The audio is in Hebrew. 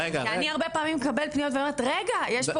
כי אני הרבה פעמים מקבלת פניות ואומרת זה משבר,